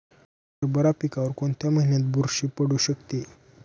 हरभरा पिकावर कोणत्या महिन्यात बुरशी पडू शकते?